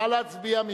נא להצביע.